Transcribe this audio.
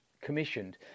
commissioned